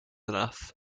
enough